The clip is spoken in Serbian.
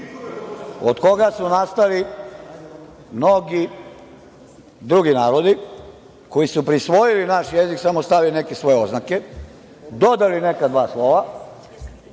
od koga su nastali mnogi drugi narodi, koji su prisvojili naš jezik i samo stavili neke svoje oznake, dodali neka dva slova